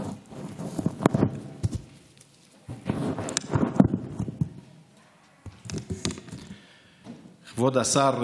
כבוד השר,